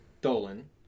Dolan